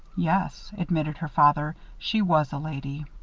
yes, admitted her father. she was a lady.